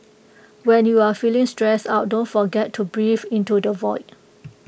when you are feeling stressed out don't forget to breathe into the void